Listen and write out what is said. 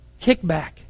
Kickback